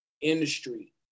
industry